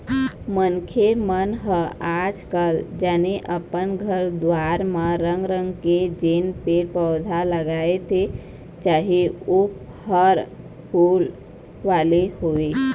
मनखे मन ह आज कल जेन अपन घर दुवार म रंग रंग के जेन पेड़ पउधा लगाथे चाहे ओ फर फूल वाले होवय